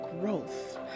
growth